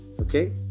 okay